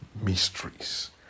mysteries